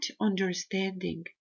understanding